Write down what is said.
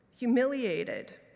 humiliated